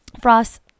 frost